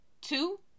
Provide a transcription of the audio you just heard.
Two